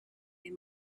est